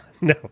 no